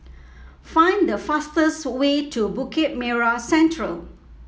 find the fastest way to Bukit Merah Central